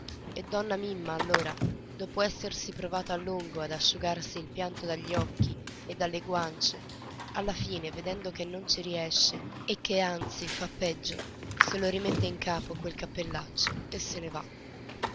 e donna mimma allora dopo essersi provata a lungo ad asciugarsi il pianto dagli occhi e dalle guance alla fine vedendo che non ci riesce e che anzi fa peggio se lo rimette in capo quel cappellaccio e se ne va